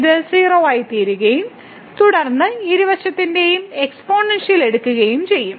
ഇത് 0 ആയിത്തീരുകയും തുടർന്ന് ഇരുവശത്തിന്റെയും എക്സ്പോണൻഷ്യൽ എടുക്കുകയും ചെയ്യും